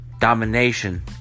Domination